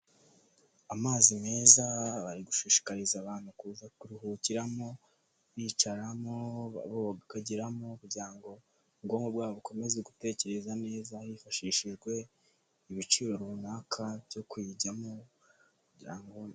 Amazi meza bari gushishikariza abantu kuza kuruhukiramo bicaramo bakogeramo kugira ngo ubwonko bwabo bukomeze gutekereza neza hifashishijwe ibiciro runaka byo kuyijyamo